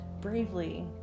bravely